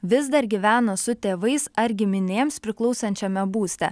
vis dar gyvena su tėvais ar giminėms priklausančiame būste